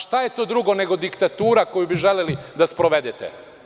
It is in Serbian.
Šta je to drugo nego diktatura koju bi želeli da sprovedete.